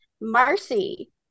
Marcy